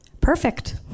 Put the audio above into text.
Perfect